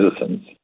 citizens